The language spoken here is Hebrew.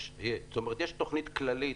זאת אומרת, יש תוכנית כללית.